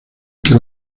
que